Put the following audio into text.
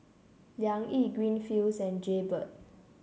Liang Yi Greenfields and Jaybird